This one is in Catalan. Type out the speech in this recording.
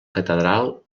catedral